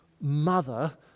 mother